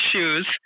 shoes